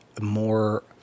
more